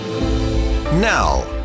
now